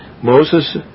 Moses